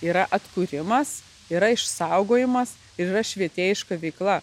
yra atkūrimas yra išsaugojimas yra švietėjiška veikla